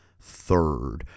third